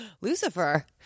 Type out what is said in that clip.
lucifer